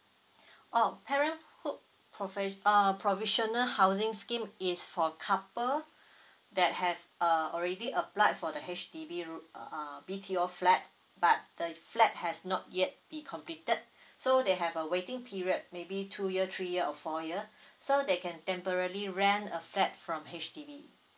oh parenthood provi~ uh provisional housing scheme is for couple that have uh already applied for the H_D_B ro~ uh B_T_O flat but the flat has not yet be completed so they have a waiting period maybe two year three year or four year so they can temporally rent a flat from H_D_B